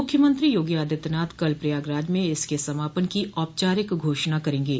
मुख्यमंत्री योगी आदित्यनाथ कल प्रयागराज में इसके समापन की औपचारिक घोषणा करेंगे